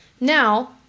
Now